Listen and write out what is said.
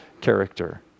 character